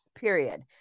period